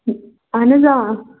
اَہَن حظ آ